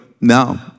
no